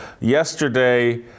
Yesterday